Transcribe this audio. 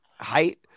height